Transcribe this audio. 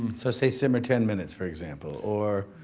so say simmer ten minutes, for example. or,